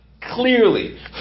clearly